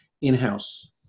in-house